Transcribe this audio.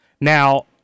Now